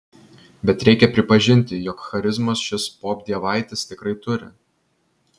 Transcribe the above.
bet reikia pripažinti jog charizmos šis popdievaitis tikrai turi